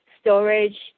storage